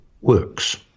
works